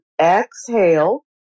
exhale